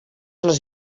les